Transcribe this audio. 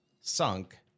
sunk